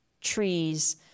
trees